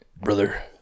Brother